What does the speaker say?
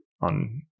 on